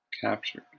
Captured